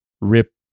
rip